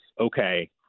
okay